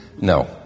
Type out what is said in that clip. No